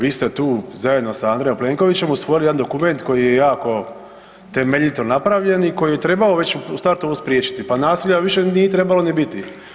Vi ste tu zajedno sa Andrejom Plenkovićem usvojili jedan dokument koji je jako temeljito napravljen i koji je trebao već u startu ovo spriječiti pa nasilja više nije trebalo ni biti.